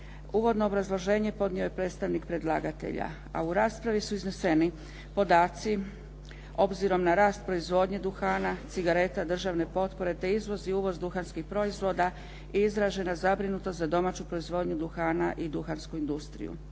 Uvodno obrazloženje podnio je predstavnik predlagatelja, a u raspravi su izneseni podaci obzirom na rast proizvodnje duhana, cigareta, državne potpore te izvoz i uvoz duhanskih proizvoda i izražena zabrinutost za domaću proizvodnju duhana i duhansku industriju.